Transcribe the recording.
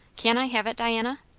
can i have it, diana?